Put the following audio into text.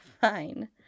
Fine